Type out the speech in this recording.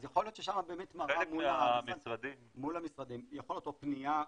אז יכול להיות ששם מראה מול המשרדים או פנייה,